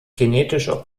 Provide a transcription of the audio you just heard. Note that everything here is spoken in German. kinetischer